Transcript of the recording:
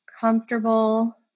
comfortable